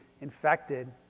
infected